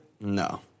No